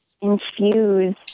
infuse